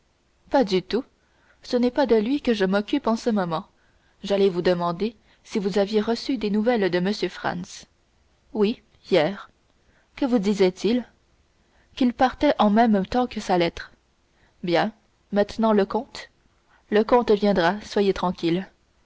pas du tout ce n'est pas de lui que je m'occupe en ce moment j'allais vous demander si vous aviez reçu des nouvelles de m franz oui hier que vous disait-il qu'il partait en même temps que sa lettre bien maintenant le comte le comte viendra soyez tranquille